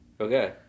Okay